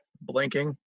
blinking